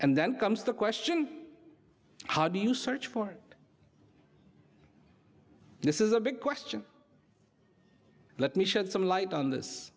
and then comes the question how do you search for this is a big question let me share some light on this